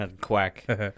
Quack